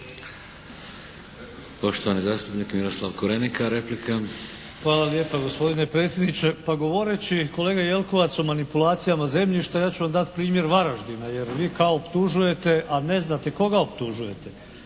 Poštovani zastupnik Miroslav Korenika. Replika. **Korenika, Miroslav (SDP)** Hvala lijepa gospodine predsjedniče. Pa govoreći kolega Jelkovac o manipulacijama zemljišta ja ću vam dati primjer Varaždina, jer vi kao optužujete, a ne znate koga optužujete.